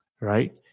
right